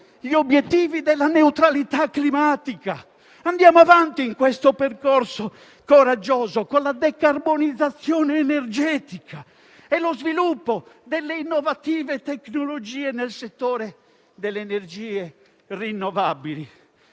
gli obiettivi della neutralità climatica. Andiamo avanti in questo percorso coraggioso con la decarbonizzazione energetica e lo sviluppo delle tecnologie innovative nel settore delle energie rinnovabili.